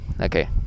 okay